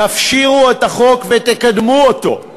תפשירו את החוק ותקדמו אותו.